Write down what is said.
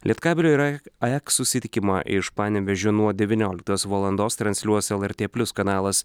lietkabelio ir ai ajaks susitikimą iš panevėžio nuo devynioliktos valandos transliuos lrt plius kanalas